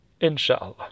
Inshallah